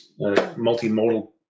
multimodal